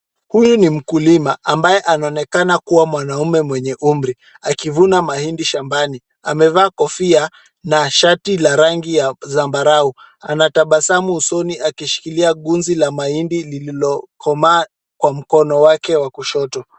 Huyu ni mkulima ambaye anaonekana kuwa mwanaume mwenye umri akivuna mahindi shambani. Amevaa kofia na shati la rangi ya zambarau. Anatabasamu usoni akishikilia gunzi la mahindi lililokomaa kwa mkono wake wa kushoto.